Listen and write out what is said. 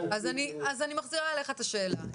אז אני מחזירה אליך את השאלה.